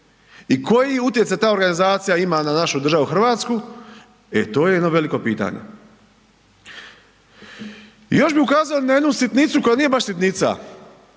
I koji utjecaj ta organizacija ima na našu državu Hrvatsku, e to je jedno veliko pitanje. Još bi ukazao na jednu sitnicu koja nije baš sitnica